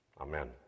Amen